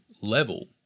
level